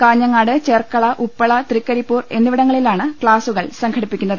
കാഞ്ഞങ്ങാട് ചെർക്കള ഉപ്പള തൃക്കരിപ്പൂർ എന്നിവിടങ്ങളിലാണ് ക്ലാസ്സു കൾ സംഘടിപ്പിക്കുന്നത്